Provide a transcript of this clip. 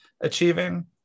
achieving